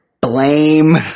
Blame